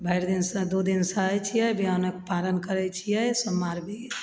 भरि दिन दू दिन सहय छियै बिहान होके पारन करय छियै सोमवार भी